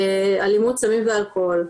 אלימות, סמים ואלכוהול.